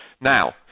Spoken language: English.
Now